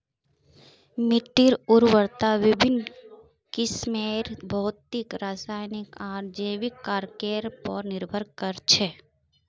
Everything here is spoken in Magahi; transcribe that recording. मिट्टीर उर्वरता विभिन्न किस्मेर भौतिक रासायनिक आर जैविक कारकेर पर निर्भर कर छे